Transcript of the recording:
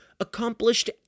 accomplished